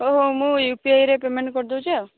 ମୁଁ ୟୁପିଆଇରେ ପେମେଣ୍ଟ କରିଦେଉଛି ଆଉ